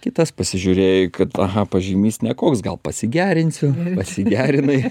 kitas pasižiūrėjo į aha pažymys nekoks gal pasigerinsiu pasigerinai